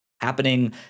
happening